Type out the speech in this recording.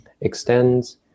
extends